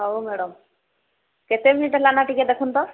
ହଉ ମ୍ୟାଡମ୍ କେତେ ମିନିଟ୍ ହେଲା ନା ଟିକେ ଦେଖନ୍ତୁ ତ